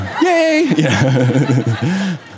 Yay